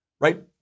Right